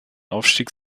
aufstieg